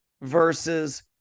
versus